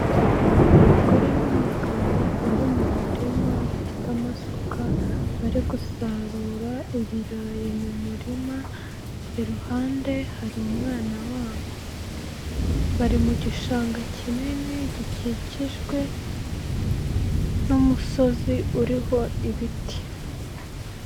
Umugore n'umugabo bari mu muririma bafite amasuka, bari gusarura ibirayi mu murima iruhande hari umwana wabo, bari mu gishanga kinini gikikijwe n'umusozi uriho ibiti.